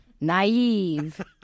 naive